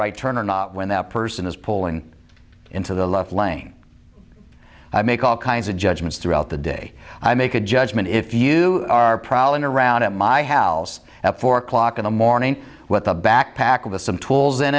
right turn or not when that person is pulling into the left lane i make all kinds of judgments throughout the day i make a judgment if you are probably around at my house at four o'clock in the morning with a backpack with some tools in